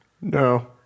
No